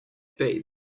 paid